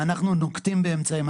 ואנחנו נוקטים באמצעים.